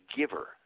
giver